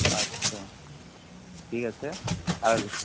আচ্ছা ঠিক আছে আর